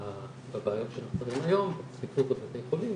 בבעיות שאנחנו מדברים היום, בצפיפות בבתי החולים,